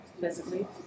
Physically